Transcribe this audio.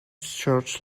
church